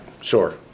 sure